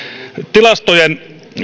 tilastojen